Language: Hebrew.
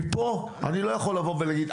מפה אני לא יכול לבוא ולהגיד,